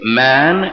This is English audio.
man